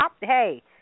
Hey